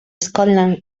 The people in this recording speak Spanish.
scotland